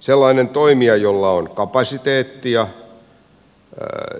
sellainen toimija jolla on kapasiteettia